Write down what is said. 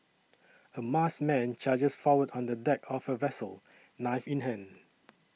a masked man charges forward on the deck of a vessel knife in hand